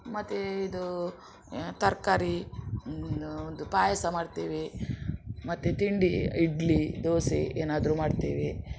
ಮತ್ತು ಇದು ತರಕಾರಿ ಒಂದು ಪಾಯಸ ಮಾಡ್ತೇವೆ ಮತ್ತು ತಿಂಡಿ ಇಡ್ಲಿ ದೋಸೆ ಏನಾದರು ಮಾಡ್ತೇವೆ